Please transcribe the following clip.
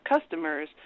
customers